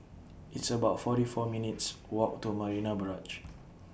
It's about forty four minutes' Walk to Marina Barrage